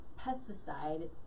pesticide